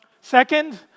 Second